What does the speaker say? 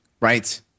right